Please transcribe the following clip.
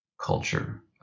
culture